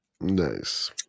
Nice